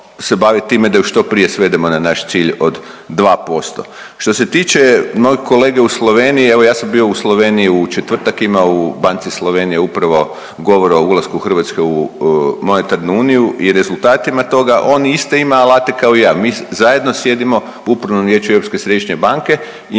baviti time da je što prije svedemo na naši cilj od 2%. Što se tiče mojih kolega u Sloveniji, evo ja sam bio u Sloveniji u četvrtak, ima u banci Slovenija upravo govora o ulasku Hrvatske u monetarnu uniju i rezultatima toga. On isto ima alate kao i ja. Mi zajedno sjedimo u Upravnom vijeću Europske središnje banke i